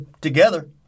together